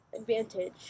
Advantage